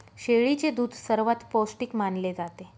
शेळीचे दूध सर्वात पौष्टिक मानले जाते